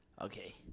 Okay